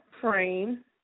frame